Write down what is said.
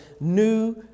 New